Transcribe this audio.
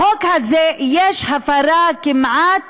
בחוק הזה יש הפרה כמעט